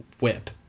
whip